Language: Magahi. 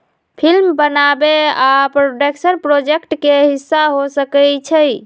फिल्म बनाबे आ प्रोडक्शन प्रोजेक्ट के हिस्सा हो सकइ छइ